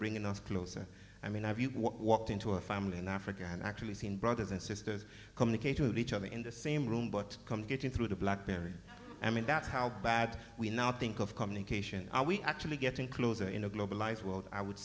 bringing us closer i mean i've walked into a family in africa and actually seen brothers and sisters communicating with each other in the same room but i'm getting through the blackberry i mean that's how bad we now think of communication are we actually getting closer in a globalized world i would